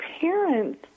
parents